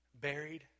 buried